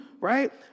Right